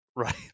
Right